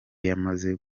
yamaze